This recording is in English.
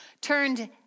turned